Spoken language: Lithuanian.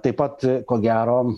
taip pat ko gero